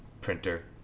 Printer